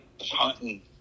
hunting